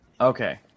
Okay